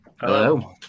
Hello